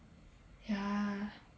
ya